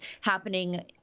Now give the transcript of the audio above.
happening